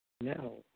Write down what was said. No